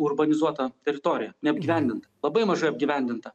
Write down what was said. urbanizuota teritorija neapgyvendinta labai mažai apgyvendinta